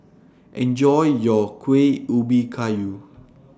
Enjoy your Kueh Ubi Kayu